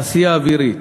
התעשייה האווירית,